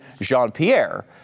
Jean-Pierre